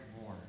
more